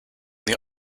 the